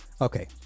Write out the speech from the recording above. okay